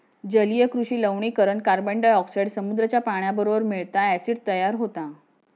जलीय कृषि लवणीकरण कार्बनडायॉक्साईड समुद्राच्या पाण्याबरोबर मिळता, ॲसिड तयार होता